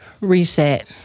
reset